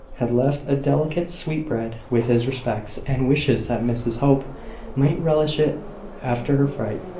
had left a delicate sweetbread, with his respects, and wishes that mrs hope might relish it after her fright.